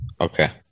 Okay